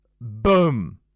Boom